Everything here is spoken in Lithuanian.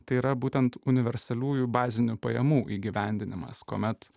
tai yra būtent universaliųjų bazinių pajamų įgyvendinamas kuomet